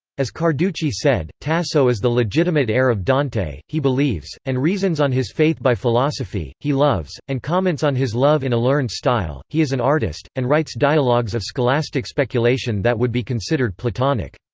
as carducci said, tasso is the legitimate heir of dante he believes, and reasons on his faith by philosophy he loves, and comments on his love in a learned style he is an artist, and writes dialogues of scholastic speculation that would be considered platonic.